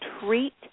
treat